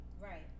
Right